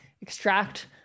extract